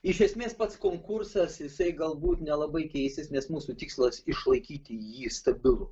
iš esmės pats konkursas jisai galbūt nelabai keisis nes mūsų tikslas išlaikyti jį stabilų